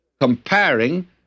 comparing